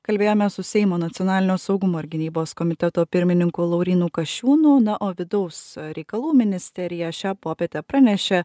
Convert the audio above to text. kalbėjome su seimo nacionalinio saugumo ir gynybos komiteto pirmininku laurynu kasčiūnu na o vidaus reikalų ministerija šią popietę pranešė